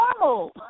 normal